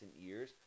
years